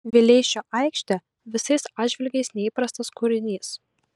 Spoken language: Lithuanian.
vileišio aikštė visais atžvilgiais neįprastas kūrinys